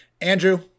Andrew